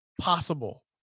possible